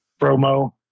promo